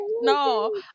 no